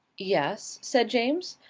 yes? said james.